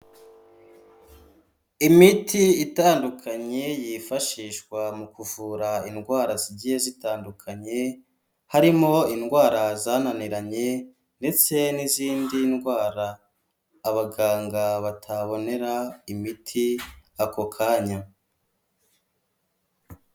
Imiti itandukanye yifashishwa mu kuvura indwara zigiye zitandukanye, harimo indwara zananiranye ndetse n'izindi ndwara abaganga batabonera imiti ako kanya.